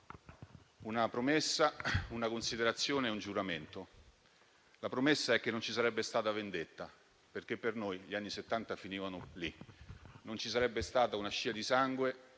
una promessa, una considerazione e un giuramento: la promessa era che non ci sarebbe stata vendetta, perché per noi gli anni Settanta finivano lì, e che non ci sarebbe stata una scia di sangue